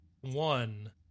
one